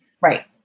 Right